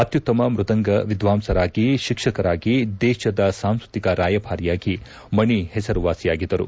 ಅತ್ಯುತ್ತಮ ಮೃದಂಗ ವಿದ್ವಾಂಸರಾಗಿ ಶಿಕ್ಷಕರಾಗಿ ದೇಶದ ಸಾಂಸ್ಕೃತಿಕ ರಾಯಬಾರಿಯಾಗಿ ಮಣಿ ಹೆಸರು ವಾಸಿಯಾಗಿದ್ದರು